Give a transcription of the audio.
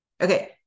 Okay